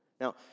Now